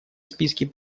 списке